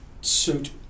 suit